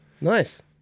Nice